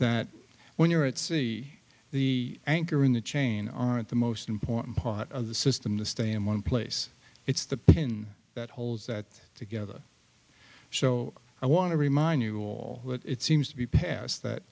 that when you're at sea the anchor in the chain aren't the most important part of the system to stay in one place it's the pin that holds that together so i want to remind you will it seems to be pass that